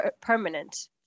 permanent